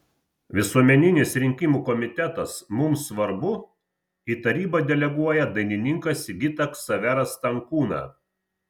visuomeninis rinkimų komitetas mums svarbu į tarybą deleguoja dainininką sigitą ksaverą stankūną